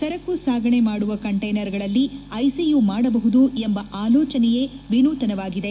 ಸರಕು ಸಾಗಣೆ ಮಾಡುವ ಕಂಟೈನರುಗಳಲ್ಲಿ ಐಸಿಯು ಮಾಡಬಹುದು ಎಂಬ ಆಲೋಚನೆಯೇ ವಿನೂತನವಾಗಿದೆ